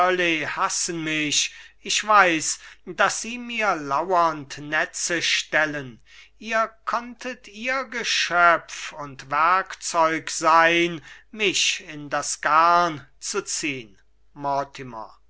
hassen mich ich weiß daß sie mir lauernd netze stellen ihr konntet ihr geschöpf und werkzeug sein mich in das garn zu ziehn